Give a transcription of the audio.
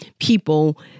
people